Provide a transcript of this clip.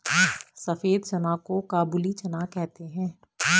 सफेद चना को काबुली चना कहते हैं